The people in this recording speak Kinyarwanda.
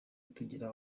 tugira